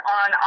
on